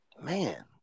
Man